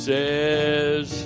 Says